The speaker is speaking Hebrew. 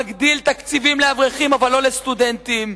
מגדיל תקציבים לאברכים אבל לא לסטודנטים,